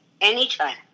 Anytime